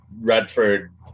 Redford